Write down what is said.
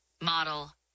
Model